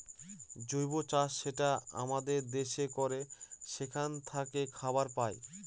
জৈব চাষ যেটা আমাদের দেশে করে সেখান থাকে খাবার পায়